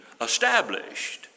established